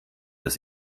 das